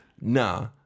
nah